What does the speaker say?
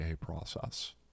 process